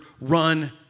run